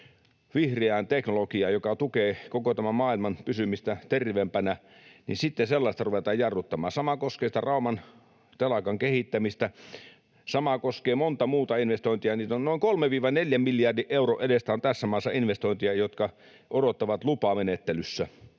vihreään teknologiaan, joka tukee koko tämän maailman pysymistä terveempänä. Sitten sellaista ruvetaan jarruttamaan. Sama koskee sitä Rauman telakan kehittämistä. Sama koskee monta muuta investointia: noin 3—4 miljardin euron edestä on tässä maassa investointeja, jotka odottavat lupamenettelyssä,